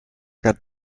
got